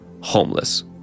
homeless